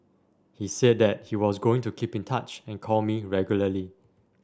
he said that he was going to keep in touch and call me regularly